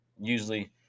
Usually